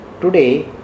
today